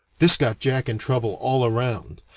this got jack in trouble all around.